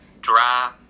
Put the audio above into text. dry